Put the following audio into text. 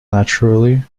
naturally